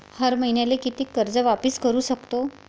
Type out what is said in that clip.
हर मईन्याले कितीक कर्ज वापिस करू सकतो?